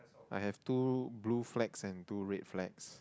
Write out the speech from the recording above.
I have two blue flags and two red flags